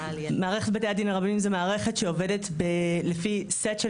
מערכת בתי הדין הרבניים זה מערכת שעובדת לפי סט של